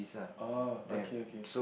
oh okay okay